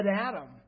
Adam